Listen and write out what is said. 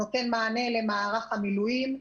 נותן מענה למערך המילואים.